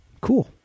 Cool